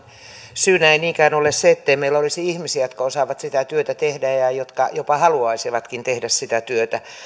syynä ei niinkään ole se ettei meillä olisi ihmisiä jotka osaavat sitä työtä tehdä ja jotka jopa haluaisivatkin tehdä sitä työtä